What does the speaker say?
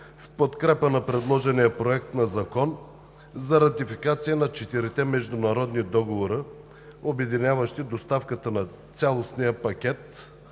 в подкрепа на предложения Проект на закон за ратификация на четирите международни договора, обединяващи доставката на цялостния пакет